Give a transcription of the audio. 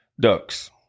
ducks